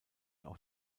auch